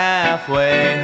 Halfway